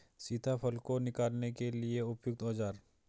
सीताफल को निकालने के लिए उपयुक्त औज़ार?